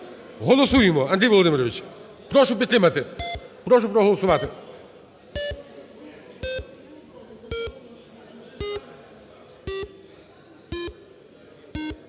Голосуємо. Андрій Володимирович. Прошу підтримати. Прошу проголосувати.